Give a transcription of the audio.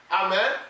Amen